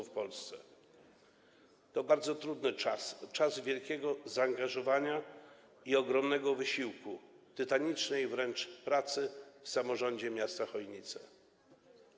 Był to bardzo trudny czas, czas wielkiego zaangażowania i ogromnego wysiłku, tytanicznej wręcz pracy w samorządzie miasta Chojnice.